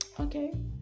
okay